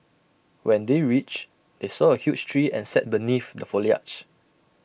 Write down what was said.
when they reached they saw A huge tree and sat beneath the foliage